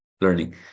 learning